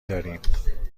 داریم